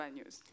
news